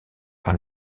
par